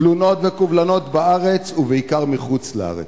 תלונות וקובלנות, בארץ ובעיקר בחוץ-לארץ,